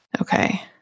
Okay